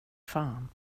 fan